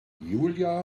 julia